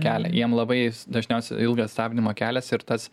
kelią jiem labai dažniausiai ilgas stabdymo kelias ir tas